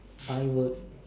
I would